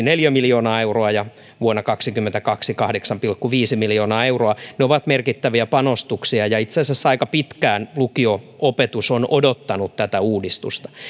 neljä miljoonaa euroa vuonna kaksikymmentäyksi ja kahdeksan pilkku viisi miljoonaa euroa vuonna kaksikymmentäkaksi ne ovat merkittäviä panostuksia ja itse asiassa aika pitkään lukio opetus on odottanut tätä uudistusta